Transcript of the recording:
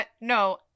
No